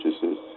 purchases